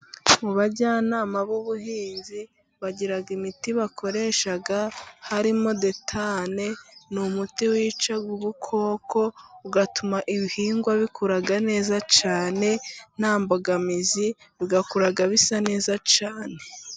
Mu bajyanama b'ubuhinzi bagira imiti bakoresha harimo detane, ni umuti wica ubukoko, ugatuma ibihingwa bikura neza cyane nta mbogamizi, bigakura bisa neza cyane.